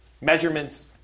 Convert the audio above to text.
measurements